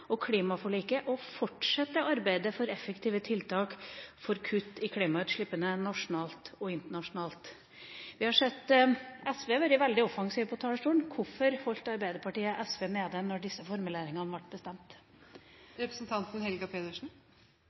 og klimaforliket og fortsette arbeidet for effektive tiltak for kutt i klimautslippene nasjonalt og internasjonalt. Vi har sett SV være veldig offensiv på talerstolen. Hvorfor holdt Arbeiderpartiet SV nede da disse formuleringene ble bestemt?